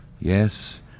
Yes